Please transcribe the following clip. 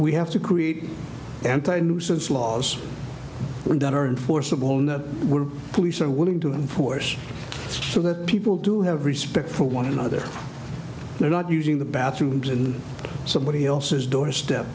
we have to create anti nuisance laws that are in force of own that were police are willing to enforce so that people do have respect for one another they're not using the bathrooms in somebody else's doorstep